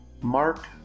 Mark